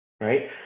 right